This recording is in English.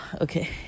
okay